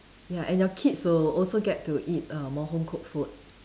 ya and your kids will also get to eat err more home cooked food